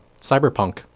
Cyberpunk